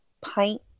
pint